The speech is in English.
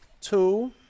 Two